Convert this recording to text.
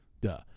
duh